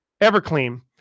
Everclean